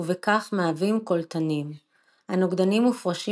ובכך מהווים קולטנים; הנוגדנים מופרשים